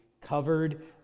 covered